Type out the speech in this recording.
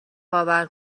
باور